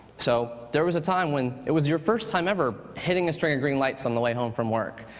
so there was a time when it was your first time ever hitting a string of green lights on the way home from work.